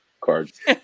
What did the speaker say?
cards